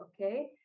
okay